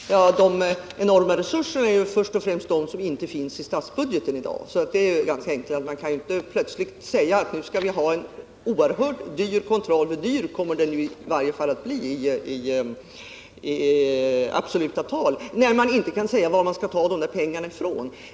Herr talman! De enorma resurserna är först och främst de som inte finns i statsbudgeten i dag, så det är ganska enkelt. Man kan ju inte plötsligt säga att nu skall vi ha en oerhört dyr kontroll — för dyr kommer den i varje fall att bli i absoluta tal — när man inte kan säga var man skall ta pengarna ifrån.